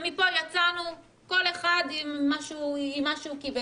ומפה יצאנו כל אחד עם מה שהוא קיבל,